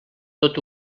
tot